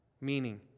meaning